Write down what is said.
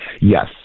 Yes